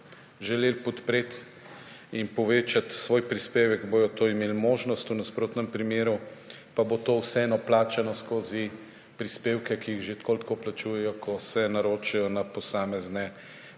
želeli podpreti in povečati svoj prispevek, bodo imeli možnost, v nasprotnem primeru pa bo to vseeno plačano skozi prispevke, ki jih je že tako ali tako plačujejo, ko se naročajo na posamezne